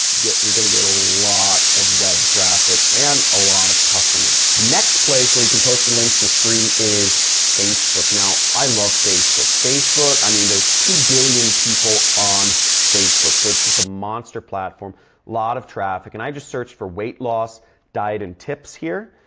you get you're going to get a lot of web traffic and a lot of customers. the next place where you can post your links for free is facebook. now, i love facebook. facebook, i mean there's two billion people on facebook. so, it's just a monster platform. a lot of traffic. and i just search for weight loss diet and tips here.